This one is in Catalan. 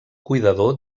cuidador